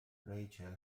ریچل